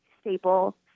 staple